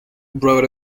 brought